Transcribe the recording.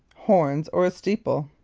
horns, or a steeple.